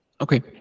okay